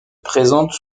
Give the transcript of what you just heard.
présente